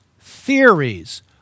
theories